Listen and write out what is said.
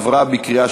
נתקבל.